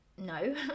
No